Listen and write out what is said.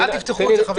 אל תפתחו את זה, חברים.